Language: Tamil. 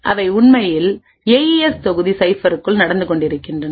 அவை உண்மையில் ஏஇஎஸ் தொகுதி சைஃபர்குள் நடந்து கொண்டிருக்கின்றன